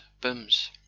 booms